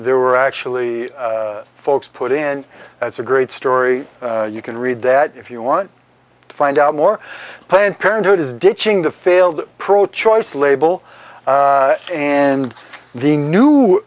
there were actually folks put in as a great story you can read that if you want to find out more planned parenthood is ditching the failed pro choice label and the new